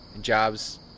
jobs